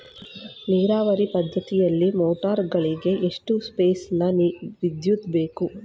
ನೀರಾವರಿ ಪದ್ಧತಿಯಲ್ಲಿ ಮೋಟಾರ್ ಗಳಿಗೆ ಎಷ್ಟು ಫೇಸ್ ನ ವಿದ್ಯುತ್ ಬೇಕು?